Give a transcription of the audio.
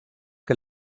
que